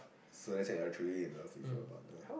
so that's like you're truly in love with your partner